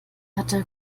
hatte